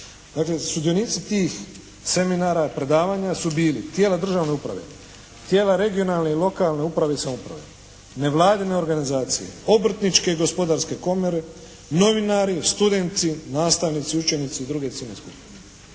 sudionici tih seminara, predavanja su bili tijela državne uprave, tijela regionalne i lokalne uprave i samouprave, nevladine organizacije, obrtničke i gospodarske komore, novinari, studenti, nastavnici, učenici i druge ciljane skupine.